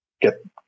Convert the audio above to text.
get